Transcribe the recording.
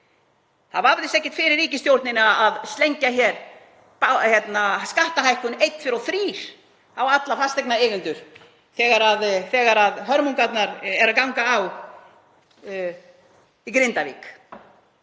Það vafðist ekki fyrir ríkisstjórninni að slengja hér skattahækkun, einn, tveir og þrír, á alla fasteignaeigendur þegar hörmungarnar eru að ganga á í Grindavík.